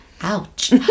Ouch